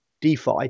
Defi